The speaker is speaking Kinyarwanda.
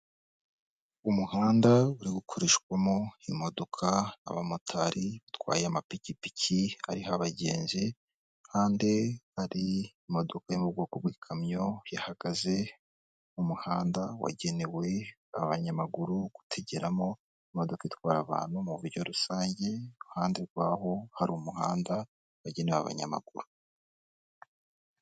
Umuhanda uri gukoreshwamo imodoka, abamotari batwaye amapikipiki ariho abagenzi, kandi hari imodoka yo mu bwoko bw'ikamyo yahagaze mu muhanda, wagenewe abanyamaguru gutegeramo imodoka itwara abantu mu buryo rusange, iruhande rwaho hari umuhanda wagenewe abanyamaguru.